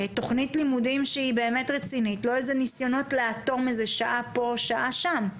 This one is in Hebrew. תוכנית לימודים רצינית ולא איזה ניסיונות לאטום שעה פה ושם.